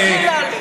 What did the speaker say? בלי להעליב.